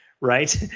right